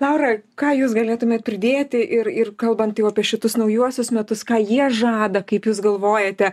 laura ką jūs galėtumėt pridėti ir ir kalbant jau apie šitus naujuosius metus ką jie žada kaip jūs galvojate